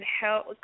help